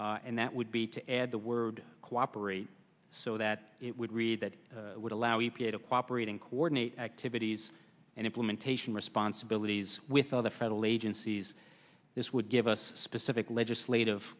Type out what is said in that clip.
act and that would be to add the word cooperate so that it would read that would allow you to cooperate and coordinate activities and implementation responsibilities with other federal agencies this would give us specific legislative